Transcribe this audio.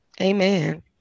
Amen